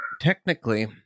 technically